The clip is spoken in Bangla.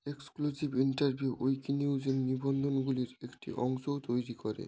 এক্সক্লুসিভ ইন্টারভিউ উইকিনিউজের নিবন্ধনগুলির একটি অংশও তৈরি করে